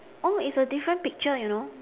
oh it's a different picture you know